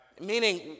Meaning